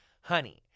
Honey